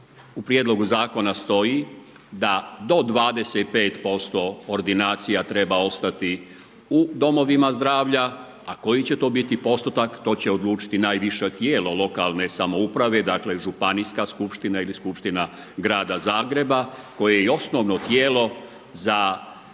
u Prijedlogu Zakona stoji da do 25% ordinacija treba ostati u domovima zdravlja, a koji će to biti postotak, to će odlučiti najviše tijelo lokalne samouprave, dakle županijska skupština ili skupština grada Zagreba koje je i osnovno tijelo za